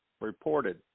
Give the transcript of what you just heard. reported